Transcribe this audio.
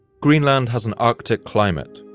greenland has an arctic climate,